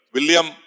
William